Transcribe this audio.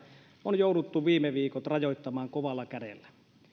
on jouduttu viime viikot rajoittamaan kovalla kädellä